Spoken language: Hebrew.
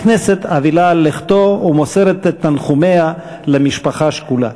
הכנסת אבלה על לכתו ומוסרת את תנחומיה למשפחה השכולה.